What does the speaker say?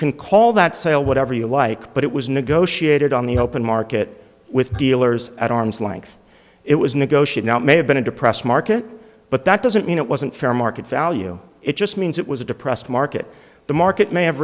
can call that sale whatever you like but it was negotiated on the open market with dealers at arm's length it was negotiate now it may have been a depressed market but that doesn't mean it wasn't fair market value it just means it was a depressed market the market may have